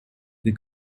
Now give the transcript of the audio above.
they